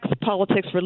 politics